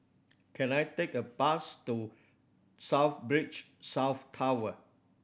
can I take a bus to South Breach South Tower